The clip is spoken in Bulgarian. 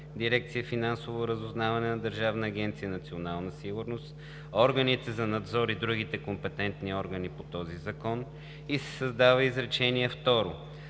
дирекция „Финансово разузнаване“ на Държавна агенция „Национална сигурност“, органите за надзор и другите компетентни органи по този закон“ и се създава изречение второ: